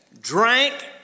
drank